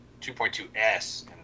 2.2s